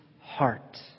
heart